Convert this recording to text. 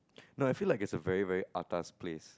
no I feel like it's a very very atas place